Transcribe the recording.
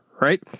Right